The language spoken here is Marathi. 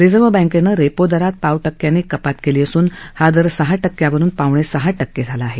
रिझर्व्ह बँकेनं रेपो दरात पाव टक्क्यानी कपात केली असून हा दर सहा टक्क्यांवरून पावणेसहा टक्के झाला आहे